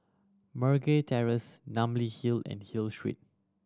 Meragi Terrace Namly Hill and Hill Street